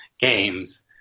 games –